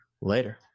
Later